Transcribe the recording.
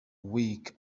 week